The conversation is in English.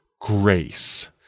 grace